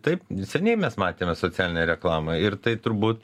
taip seniai mes matėme socialinę reklamą ir tai turbūt